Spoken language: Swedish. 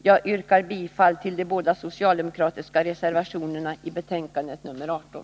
Jag yrkar bifall till de båda socialdemokratiska reservationerna som är fogade vid utbildningsutskottets betänkande nr 18.